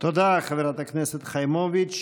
תודה, חברת הכנסת חיימוביץ'.